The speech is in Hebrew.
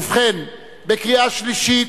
ובכן, בקריאה שלישית,